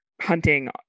hunting